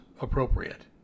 appropriate